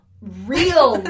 real